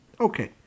Okay